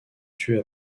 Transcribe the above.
tués